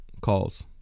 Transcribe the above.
calls